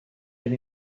been